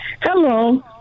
Hello